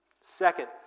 Second